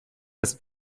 das